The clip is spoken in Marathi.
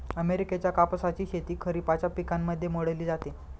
अमेरिकेच्या कापसाची शेती खरिपाच्या पिकांमध्ये मोडली जाते